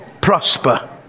prosper